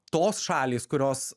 tos šalys kurios